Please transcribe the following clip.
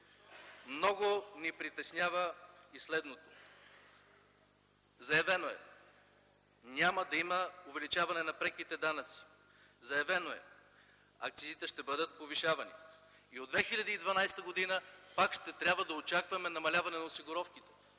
Много ни притеснява и следното. Заявено е: „няма да има увеличаване на преките данъци”. Заявено е: „акцизите ще бъдат повишавани”. От 2012 г. пак ще трябва да очакваме намаляване на осигуровките.